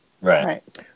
right